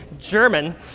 German